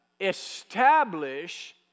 Establish